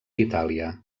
itàlia